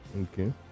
okay